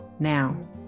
Now